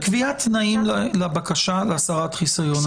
זאת קביעת תנאים לבקשה להסרת חיסיון.